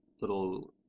little